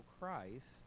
Christ